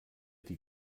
die